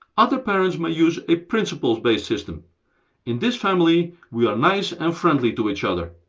other parents may use a principle-based system in this family, we are nice and friendly to each other.